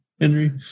Henry